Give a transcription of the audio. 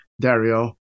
Dario